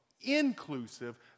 inclusive